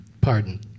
pardon